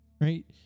Right